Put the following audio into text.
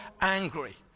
angry